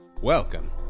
welcome